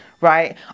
right